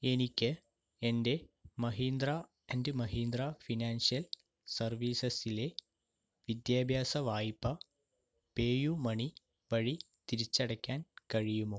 എനിക്ക് എൻ്റെ Mahindra and Mahindra financial സർവീസസിലെ വിദ്യാഭ്യാസ വായ്പ പേയുമണി വഴി തിരിച്ചടയ്ക്കാൻ കഴിയുമോ